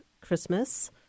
Christmas